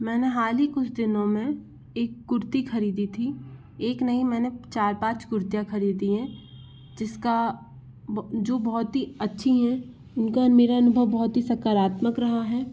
मेने हाल ही कुछ दिनों में एक कुर्ती ख़रीदी थी एक नहीं मैंने चार पाँच कुर्तियाँ ख़रीदी हैं जिसका जो बहुत ही अच्छी हैं उनका और मेरा अनुभव बहुत ही सकारात्मक रहा है